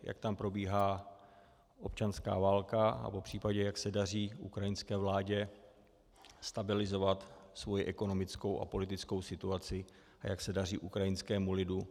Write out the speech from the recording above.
Jak tam probíhá občanská válka a popřípadě jak se daří ukrajinské vládě stabilizovat svoji ekonomickou a politickou situaci a jak se daří ukrajinskému lidu?